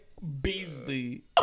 Beasley